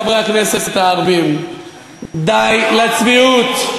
חברי הכנסת הערבים: די לצביעות,